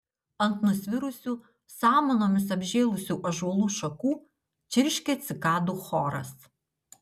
ant nusvirusių samanomis apžėlusių ąžuolų šakų čirškė cikadų choras